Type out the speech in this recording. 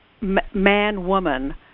man-woman